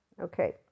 Okay